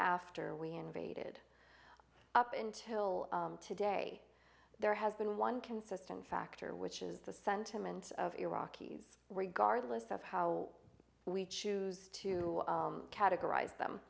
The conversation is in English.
after we invaded up until today there has been one consistent factor which is the sentiment of iraqis regardless of how we choose to categorize them